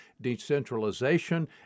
decentralization